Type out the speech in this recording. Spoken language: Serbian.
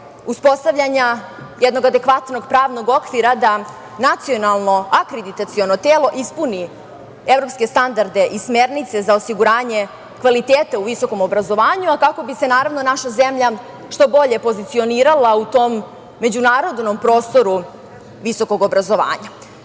uspostavljanja jednog adekvatnog pravnog okvira da nacionalno akreditaciono telo ispuni evropske standarde i smernice za osiguranje kvaliteta u visokom obrazovanju, kako bi se naravno naša zemlja što bolje pozicionirala u tom međunarodnom prostoru visokog obrazovanja. Zato